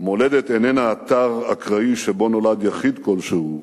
"מולדת איננה אתר אקראי שבו נולד יחיד כלשהו",